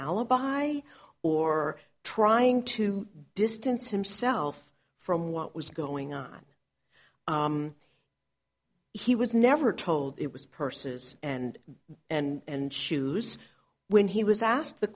alibi or trying to distance himself from what was going on he was never told it was purses and and shoes when he was asked the